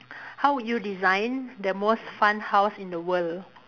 how would you design the most fun house in the world